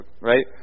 right